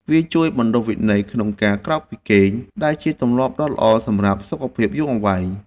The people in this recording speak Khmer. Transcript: វាជួយបណ្ដុះវិន័យក្នុងការក្រោកពីព្រលឹម ដែលជាទម្លាប់ដ៏ល្អសម្រាប់សុខភាពយូរអង្វែង។